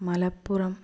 Malappuram